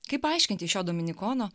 kaip paaiškinti šio dominikono